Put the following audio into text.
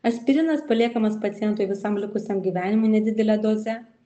aspirinas paliekamas pacientui visam likusiam gyvenimui nedidele doze